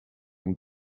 been